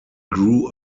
grew